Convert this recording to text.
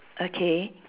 okay